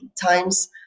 times